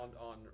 on